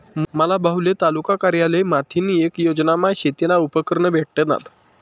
मना भाऊले तालुका कारयालय माथीन येक योजनामा शेतीना उपकरणं भेटनात